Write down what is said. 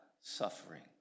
suffering